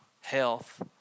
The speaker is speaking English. health